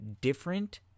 different